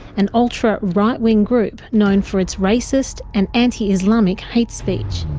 an ultra-right-wing group known for its racist and anti-islamic hate speech.